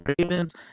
Ravens